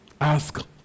Ask